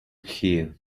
here